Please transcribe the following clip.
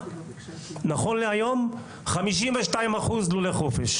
נכון להיום 52% באירופה הנאורה הם לולי חופש.